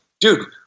Dude